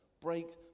break